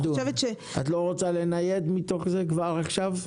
את לא רוצה לנייד מתוך זה כבר עכשיו?